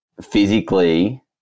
Physically